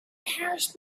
houses